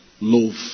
loaf